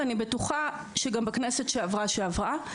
ואני בטוחה שגם בכנסת שעברה שעברה.